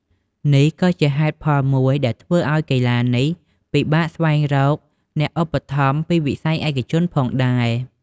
នេះក៏ជាហេតុផលមួយដែលធ្វើឲ្យកីឡានេះពិបាកស្វែងរកអ្នកឧបត្ថម្ភពីវិស័យឯកជនផងដែរ។